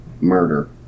murder